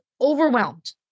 overwhelmed